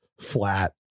flat